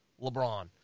LeBron